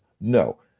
No